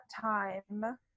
time